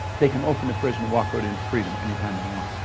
they can open the prison and walk out into freedom any time they want,